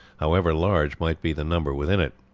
however large might be the number within it.